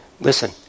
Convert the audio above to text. listen